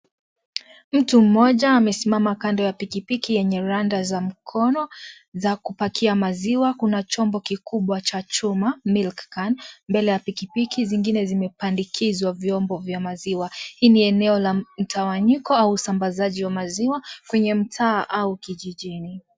Mtu mmoja amesimama kando ya pikipiki yenye randa za mkono za kupakia maziwa. Chombo kikubwa cha chuma, milk can, mbele ya pikipiki zingine zimepandikizwa vyombo vya maziwa. Hili ni eneo la mtawanyoko au usambazaji wa maziwa kwenye mtaa au kijijini.